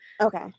Okay